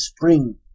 spring